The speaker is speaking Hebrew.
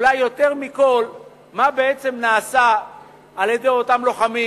אולי יותר מכול, מה בעצם נעשה על-ידי אותם לוחמים